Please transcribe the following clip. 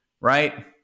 right